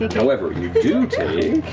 however, you do take